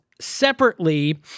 separately